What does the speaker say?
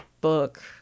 book